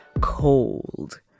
cold